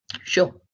Sure